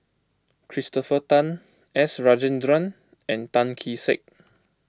Christopher Tan S Rajendran and Tan Kee Sek